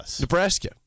Nebraska